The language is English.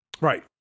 right